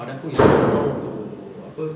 pada aku is wrong to apa